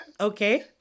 Okay